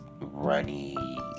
runny